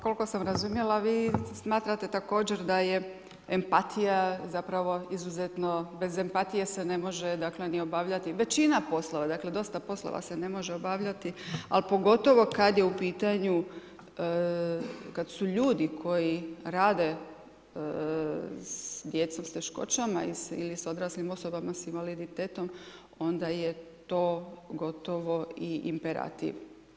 Koliko sam razumjela vi smatrate također da je empatija zapravo izuzetno bez empatije se ne može obavljati većina posla, dakle dosta poslova se ne može obavljati, a pogotovo kada je u pitanju kada su ljudi koji rade s djecom s teškoćama ili sa odraslim osobama s invaliditetom onda je to gotovo i imperativ.